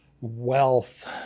wealth